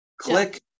click